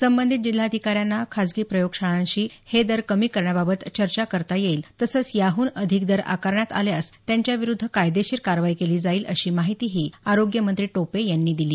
संबंधित जिल्हाधिकाऱ्यांना खासगी प्रयोगशाळांशी हे दर कमी करण्याबाबत चर्चा करता येईल तसंच याहन अधिक दर आकारण्यात आल्यास त्यांच्याविरुद्ध कायदेशीर कारवाई केली जाईल अशी माहितीही आरोग्य मंत्री टोपे यांनी दिली